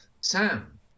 Sam